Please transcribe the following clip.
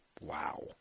Wow